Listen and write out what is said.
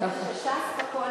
הוא החמיא